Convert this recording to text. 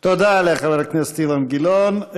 תודה לחבר הכנסת אילן גילאון.